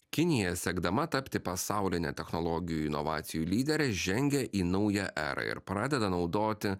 kinija siekdama tapti pasauline technologijų inovacijų lydere žengia į naują erą ir pradeda naudoti